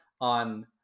on